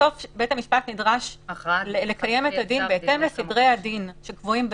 בסוף בית המשפט נדרש לקיים את הדין בהתאם לסדרי הדין שקבועים בדין.